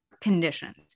conditions